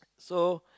so